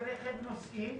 זה רכב נוסעים,